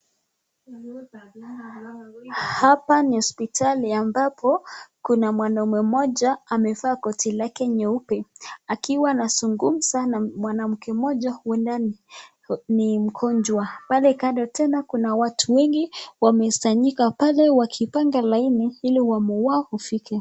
Hapa ni hospitali ambapo kuna mwanaume mmoja amevaa koti lake nyeupe akiwa anazungumza na mwanamke mmoja huenda ni mgonjwa pale kando tena kuna watu wengi wamekusanyika pale wakipanga laini ili wamu wao ufike.